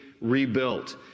rebuilt